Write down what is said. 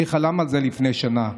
מי חלם על זה לפני שנה?